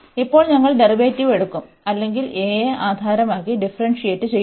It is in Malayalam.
ഇപ്പോൾ ഞങ്ങൾ ഡെറിവേറ്റീവ് എടുക്കും അല്ലെങ്കിൽ aയെ ആധാരമാക്കി ഡിഫറെന്സിയേറ്റ് ചെയ്യുന്നു